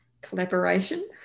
Collaboration